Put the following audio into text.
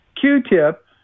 Q-tip